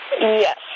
Yes